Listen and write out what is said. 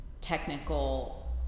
technical